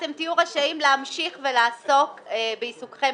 אתם תהיו רשאים להמשיך ולעסוק בעיסוקכם